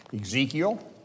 Ezekiel